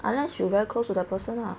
unless you very close to that person ah